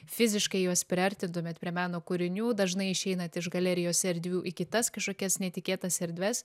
fiziškai juos priartintumėt prie meno kūrinių dažnai išeinat iš galerijos erdvių į kitas kažkokias netikėtas erdves